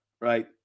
right